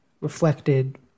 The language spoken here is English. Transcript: reflected